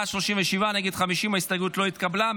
בעד, 37, נגד, 50. ההסתייגות לא התקבלה.